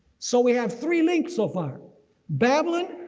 so we have three links so far babylon,